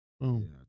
Boom